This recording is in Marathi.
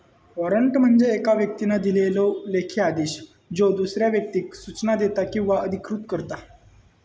वॉरंट म्हणजे येका व्यक्तीन दिलेलो लेखी आदेश ज्यो दुसऱ्या व्यक्तीक सूचना देता किंवा अधिकृत करता